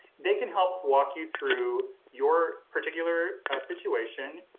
they can help walk you through your particular situation.